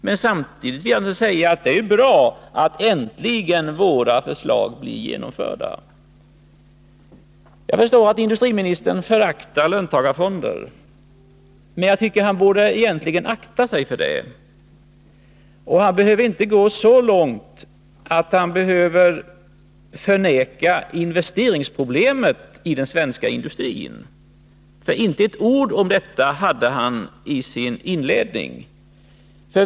Men samtidigt vill jag säga att det är bra att våra förslag äntligen genomförs. Jag förstår att industriministern föraktar löntagarfonder, men jag tycker att han egentligen borde akta sig för det. Han behöver inte gå så långt att han förnekar investeringsproblemet i den svenska industrin. Inte ett ord om detta hade han i sin inledning.